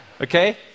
Okay